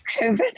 COVID